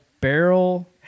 barrel